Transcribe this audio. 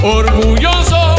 orgulloso